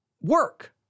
work